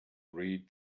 read